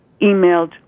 emailed